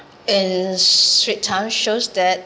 in straits times shows that